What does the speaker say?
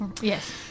Yes